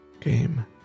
game